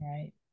right